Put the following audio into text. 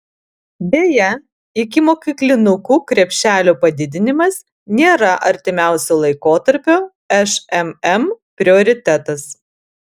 deja ikimokyklinukų krepšelio padidinimas nėra artimiausio laikotarpio šmm prioritetas